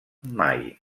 mai